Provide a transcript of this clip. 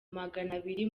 maganabiri